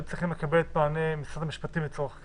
צריכים לקבל את מענה משרד המשפטים לצורך כך.